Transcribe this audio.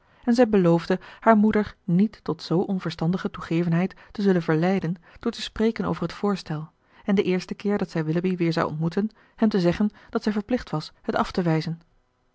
en zij beloofde haar moeder niet tot zoo onverstandige toegevendheid te zullen verleiden door te spreken over het voorstel en den eersten keer dat zij willoughby weer zou ontmoeten hem te zeggen dat zij verplicht was het af te wijzen